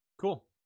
cool